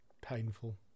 painful